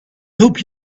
hope